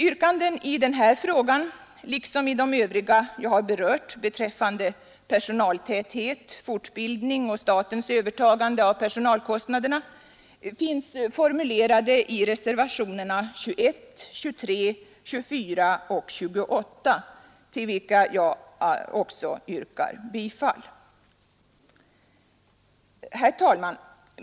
Yrkanden i denna fråga, liksom i de övriga jag berört beträffande personaltäthet, fortbildning och statens övertagande av personalkostnaderna, finns formulerade i reservationerna 21, 23, 24 och 28, till vilka jag också yrkar bifall. Herr talman!